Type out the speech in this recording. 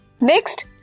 Next